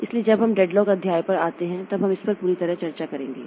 इसलिए जब हम डेडलॉक अध्याय पर जाते हैं तो हम इस पर पूरी चर्चा करेंगे